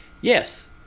Yes